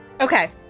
Okay